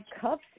cups